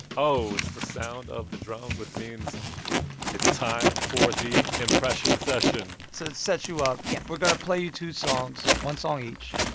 oh, it's the sound of the drums, which means it's time for the impression session to set you up. yes. we're going to play you two songs, one song each.